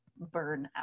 burnout